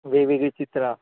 वेगवेगळी चित्रां